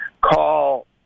call